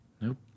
nope